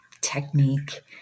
technique